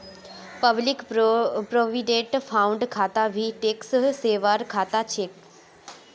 public provident fund खाता भी tax saver खाता छिके